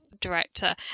director